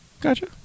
Gotcha